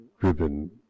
driven